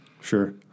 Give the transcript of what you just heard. Sure